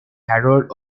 harold